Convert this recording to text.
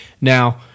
Now